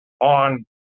on